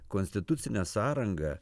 konstitucinė sąranga